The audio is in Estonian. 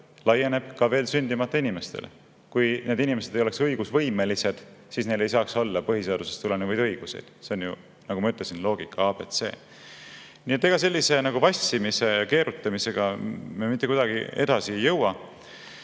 laieneb ka veel sündimata inimestele. Kui need inimesed ei oleks õigusvõimelised, siis neil ei saaks olla põhiseadusest tulenevaid õigusi. See on, nagu ma ütlesin, loogika ABC. Ega sellise vassimise ja keerutamisega me mitte kuidagi edasi ei jõua.